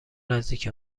نزدیک